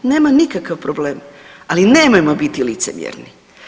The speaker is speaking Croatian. Nema nikakav problem, ali nemojmo biti licemjerni.